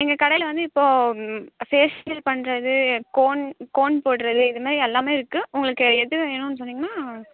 எங்கள் கடையில் வந்து இப்போ ஃபேஷியல் பண்ணுறது கோன் கோன் போடுறது இதுமாரி எல்லாமே இருக்கு உங்களுக்கு எது வேணுன்னு சொன்னீங்கன்னா